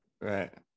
right